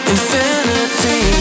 Infinity